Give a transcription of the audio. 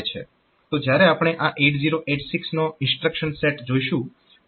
તો જ્યારે આપણે આ 8086 નો ઇન્સ્ટ્રક્શન સેટ જોઈશું ત્યારે હું આ ઇન્સ્ટ્રક્શન પર પાછો આવીશ